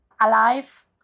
Alive